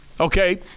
Okay